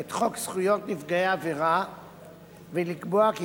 את חוק זכויות נפגעי עבירה ולקבוע כי